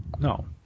No